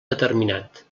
determinat